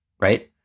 right